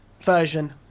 version